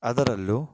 ಅದರಲ್ಲೂ